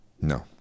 No